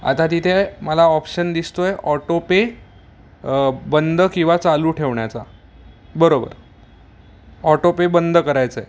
आता तिथे मला ऑप्शन दिसतोय ऑटोपे बंद किंवा चालू ठेवण्याचा बरोबर ऑटोपे बंद करायचं आहे